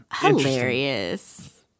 hilarious